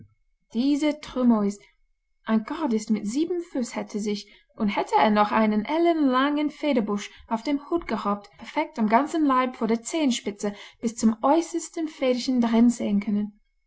diese trumeaus ein gardist mit sieben fuß hätte sich und hätte er noch einen ellenlangen federbusch auf dem hut gehabt perfekt am ganzen leib von der zehenspitze bis zum äußersten federchen darin sehen können